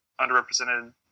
underrepresented